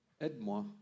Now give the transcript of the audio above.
Aide-moi